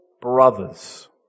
brothers